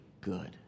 good